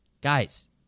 Guys